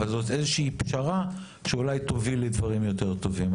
אבל זאת איזושהי פשרה שאולי תוביל לדברים יותר טובים.